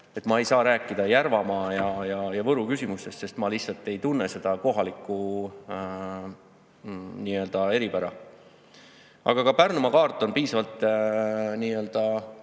Ma ei saa rääkida Järvamaa ja Võru küsimustest, sest ma lihtsalt ei tunne seda kohalikku eripära. Aga Pärnumaa kaart on piisavalt